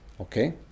Okay